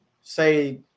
say